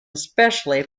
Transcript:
especially